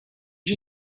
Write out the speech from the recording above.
you